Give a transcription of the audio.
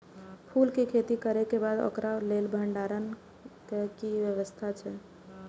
फूल के खेती करे के बाद ओकरा लेल भण्डार क कि व्यवस्था अछि?